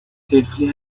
طفلی